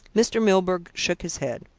mr. milburgh shook his head.